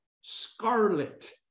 scarlet